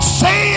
say